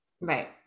Right